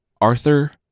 Arthur